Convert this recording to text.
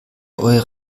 eure